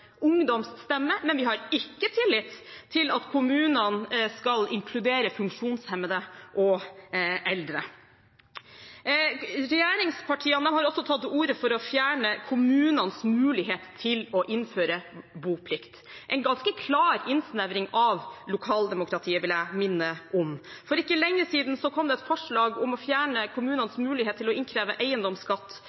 men vi har ikke tillit til at kommunene skal inkludere funksjonshemmede og eldre. Regjeringspartiene har også tatt til orde for å fjerne kommunenes mulighet til å innføre boplikt – en ganske klar innsnevring av lokaldemokratiet, vil jeg minne om. For ikke lenge siden kom det et forslag om å fjerne kommunenes mulighet til å innkreve eiendomsskatt